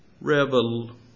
Revolution